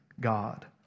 God